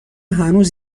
هنوز